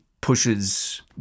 pushes